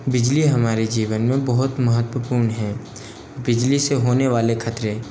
बिजली हमारे जीवन में बहुत महत्वपूर्ण है बिजली से होने वाले ख़तरे